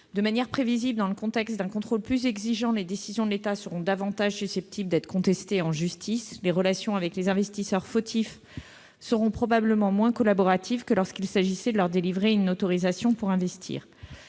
De manière prévisible, dans le contexte d'un contrôle plus exigeant, les décisions de l'État seront davantage susceptibles d'être contestées en justice. Les relations avec les investisseurs fautifs seront probablement moins collaboratives que lorsqu'il s'agissait de leur délivrer une autorisation pour investir.